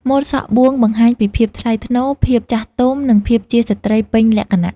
ម៉ូតសក់បួងបង្ហាញពីភាពថ្លៃថ្នូរ ភាពចាស់ទុំ និងភាពជាស្ត្រីពេញលក្ខណៈ។